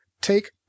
take